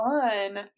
fun